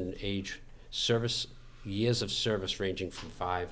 and age service years of service ranging from five